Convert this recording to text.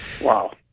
Wow